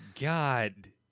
God